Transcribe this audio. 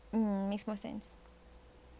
mm makes more sense